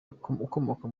ukomoka